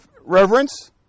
reverence